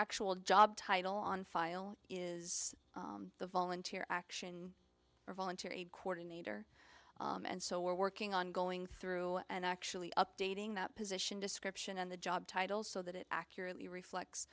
actual job title on file is the volunteer action or voluntary coordinator and so we're working on going through and actually updating the position description and the job titles so that it accurately reflects